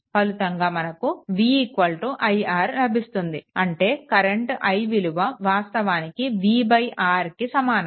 ఫలితంగా మనకు v iR లభిస్తుంది అంటే కరెంట్ i విలువ వాస్తవానికి vR కి సమానం